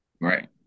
Right